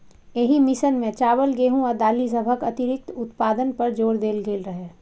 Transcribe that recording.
एहि मिशन मे चावल, गेहूं आ दालि सभक अतिरिक्त उत्पादन पर जोर देल गेल रहै